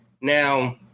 Now